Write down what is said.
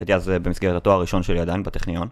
הייתי אז במסגרת התואר הראשון שלי עדיין בטכניון